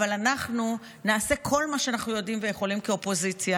אבל אנחנו נעשה כל מה שאנחנו יודעים ויכולים כאופוזיציה